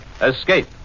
Escape